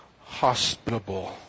hospitable